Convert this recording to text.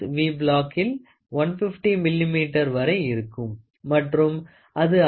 we block இல் 150 millimeter வரை இருக்கும் மற்றும் அது அதைவிட அதிகமாக 0